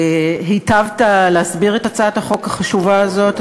והיטבת להסביר את הצעת החוק החשובה הזאת.